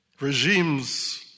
regimes